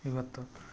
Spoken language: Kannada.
ಇವತ್ತು